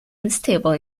unstable